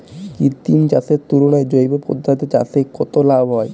কৃত্রিম চাষের তুলনায় জৈব পদ্ধতিতে চাষে কত লাভ হয়?